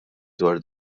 dwar